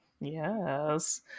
Yes